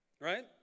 Right